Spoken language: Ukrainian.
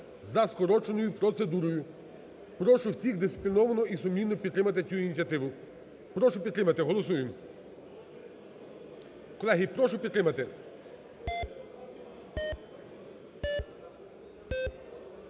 за скороченою процедурою. Прошу всіх дисципліновано і сумлінно підтримати цю ініціативу. Прошу підтримати. Голосуємо. Колеги, прошу підтримати.